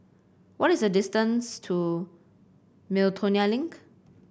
what is the distance to Miltonia Link